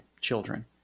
children